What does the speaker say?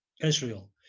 Israel